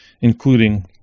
including